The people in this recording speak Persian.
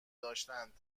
داشتند